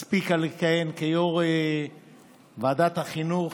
הספיקה לכהן כיו"ר ועדת החינוך,